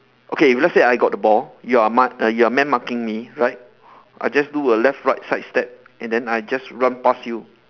okay if let's say I got the ball you are my you are man marking me right I just do a left right side step and then I just run pass you